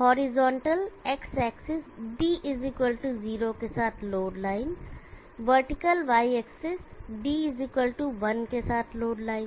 horizontal x axis d0 के साथ load line vertical Y axis d1 के साथ लोड लाइन